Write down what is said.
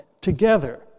together